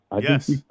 Yes